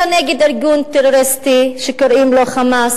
אלא נגד ארגון טרוריסטי שקוראים לו "חמאס"